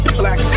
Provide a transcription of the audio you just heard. black